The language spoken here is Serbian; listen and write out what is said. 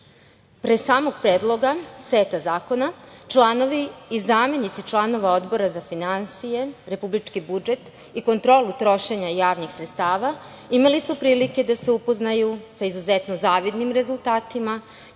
Pre samog Predloga seta zakona članovi i zamenici članova Odbora za finansije, republički budžet i kontrolu trošenja javnih sredstava imali su prilike da se upoznaju sa izuzetno zavidnim rezultatima